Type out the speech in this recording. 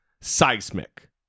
seismic